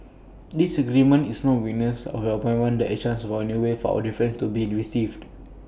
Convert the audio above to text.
disagreement is not weakness and your appointment is A chance for A new way for our differences to be received